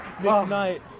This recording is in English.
midnight